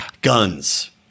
Guns